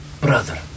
Brother